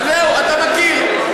זהו, אתה מכיר.